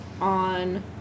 on